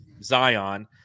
Zion